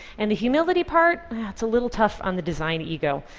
and the humility part, yeah it's a little tough on the design ego.